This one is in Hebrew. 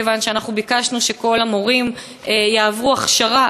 מכיוון שאנחנו ביקשנו שכל המורים יעברו הכשרה